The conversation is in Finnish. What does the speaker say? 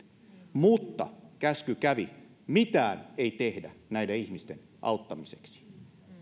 mutta käsky kävi mitään ei tehdä näiden ihmisten auttamiseksi